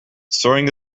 throwing